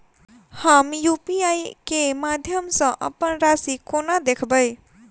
हम यु.पी.आई केँ माध्यम सँ अप्पन राशि कोना देखबै?